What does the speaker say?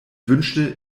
wünschte